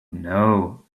know